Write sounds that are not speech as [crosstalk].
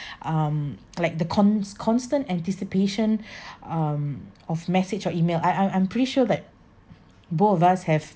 um like the cons~ constant anticipation [breath] um of message or email I I'm I'm pretty sure that both of us have